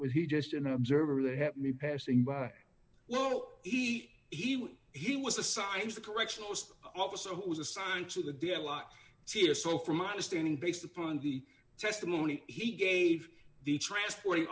was he just an observer that helped me passing by well he he was he was assigned to the correctional officer who was assigned to the deadlock here so from my understanding based upon the testimony he gave the transporting